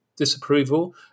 Disapproval